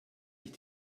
ich